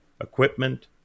equipment